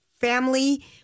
family